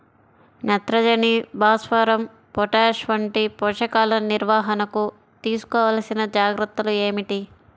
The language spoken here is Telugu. నత్రజని, భాస్వరం, పొటాష్ వంటి పోషకాల నిర్వహణకు తీసుకోవలసిన జాగ్రత్తలు ఏమిటీ?